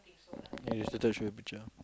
ya yesterday I show you picture